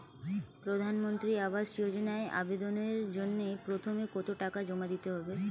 প্রধানমন্ত্রী আবাস যোজনায় আবেদনের জন্য প্রথমে কত টাকা জমা দিতে হবে?